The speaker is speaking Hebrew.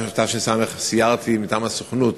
סיירתי מטעם הסוכנות